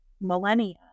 millennia